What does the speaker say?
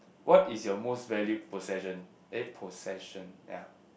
what is your most valued possession eh possession yea